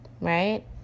right